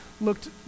looked